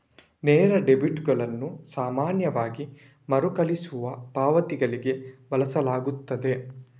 ನೇರ ಡೆಬಿಟುಗಳನ್ನು ಸಾಮಾನ್ಯವಾಗಿ ಮರುಕಳಿಸುವ ಪಾವತಿಗಳಿಗೆ ಬಳಸಲಾಗುತ್ತದೆ